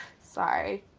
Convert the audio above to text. sorry.